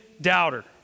doubter